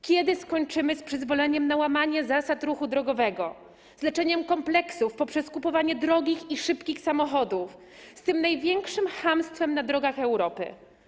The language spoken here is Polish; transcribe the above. Kiedy skończymy z przyzwoleniem na łamanie zasad ruchu drogowego, z leczeniem kompleksów poprzez kupowanie drogich i szybkich samochodów, z tym największym chamstwem na drogach Europy?